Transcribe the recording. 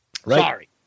Sorry